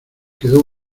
quedó